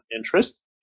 interest